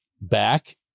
back